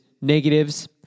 negatives